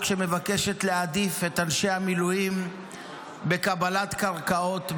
שמבקשת להעדיף את אנשי המילואים בקבלת קרקעות,